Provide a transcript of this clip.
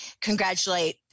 congratulate